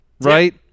right